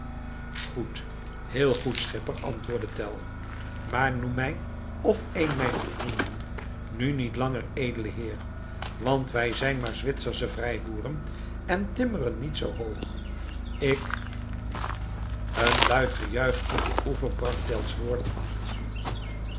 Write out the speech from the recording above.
goed heel goed schipper antwoordde tell maar noem mij of één mijner vrienden nu niet langer edele heer want wij zijn maar zwitsersche vrijboeren en timmeren niet zoo hoog ik een luid gejuich aan den oever brak tell's woorden af